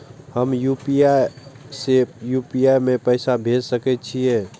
हम यू.पी.आई से यू.पी.आई में पैसा भेज सके छिये?